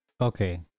okay